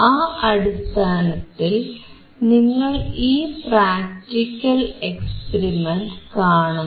ആ അടിസ്ഥാനത്തിൽ നിങ്ങൾ ഈ പ്രാക്ടിക്കൽ എക്സ്പെരിമെന്റ് കാണുന്നു